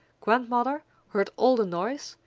grandmother heard all the noise,